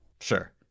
Sure